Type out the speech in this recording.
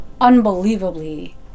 unbelievably